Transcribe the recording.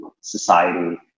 society